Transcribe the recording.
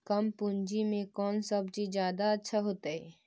कम पूंजी में कौन सब्ज़ी जादा अच्छा होतई?